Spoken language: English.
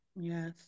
Yes